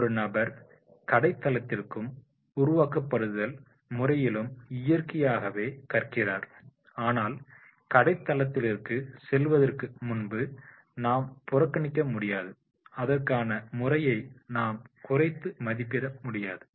ஒரு நபர் கடை தளத்திலும் உருவகப்படுத்துதல் முறையிலும் இயற்கையாகவே கற்கிறார் ஆனால் கடைத் தளத்திற்கு செல்வதற்கு முன்பு நாம் புறக்கணிக்க முடியாது அதற்கான முறையை நாம் குறைத்து மதிப்பிட முடியாது